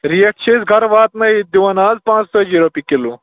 rate چھِ أسۍ گرٕ واتنَے دِوان آز بانٛژتٲجی رۄپیہِ کِلوٗ